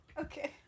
Okay